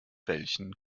welchen